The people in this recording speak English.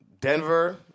Denver